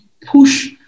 push